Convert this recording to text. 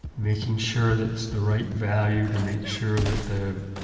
making sure that it's the right value to make sure that the,